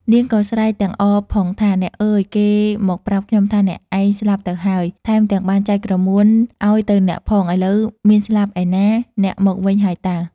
នាងក៏ស្រែកទាំងអរផងថា "អ្នកអើយ! គេមកប្រាប់ខ្ញុំថា អ្នកឯងស្លាប់ទៅហើយ ថែមទាំងបានចែកក្រមួនឲ្យទៅអ្នកផង ឥឡូវមានស្លាប់ឯណា! អ្នកមកវិញហើយតើ!" ។